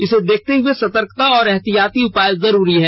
इसे देखते हुए सतर्कता और एहतियाती उपाय जरूरी हैं